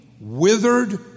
withered